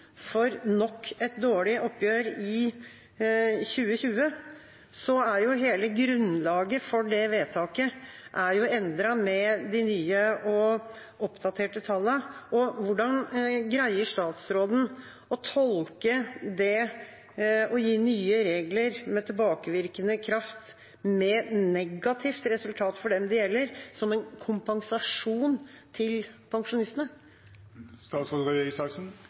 for nok et dårlig oppgjør, i 2020. Så hele grunnlaget for det vedtaket er endret med de nye og oppdaterte tallene. Hvordan greier statsråden å tolke det å gi nye regler med tilbakevirkende kraft med negativt resultat for dem det gjelder, som en kompensasjon til